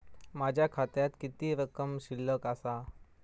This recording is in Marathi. माझ्या खात्यात किती रक्कम शिल्लक आसा?